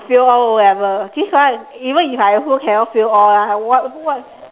fail all o-level this one even I also cannot fail all lah what what